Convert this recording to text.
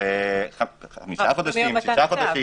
ואז חמישה, שישה חודשים